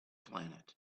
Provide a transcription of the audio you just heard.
planet